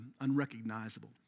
unrecognizable